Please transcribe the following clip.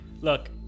look